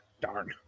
darn